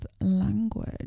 language